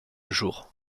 jour